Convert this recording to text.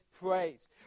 praise